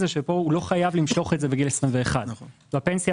הוא שפה החוסך לא חייב למשוך את זה בגיל 21. בפנסיה